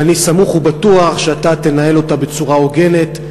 ואני סמוך ובטוח שאתה תנהל אותה בצורה הוגנת,